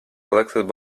elected